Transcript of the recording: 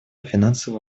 финансово